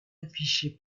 afficher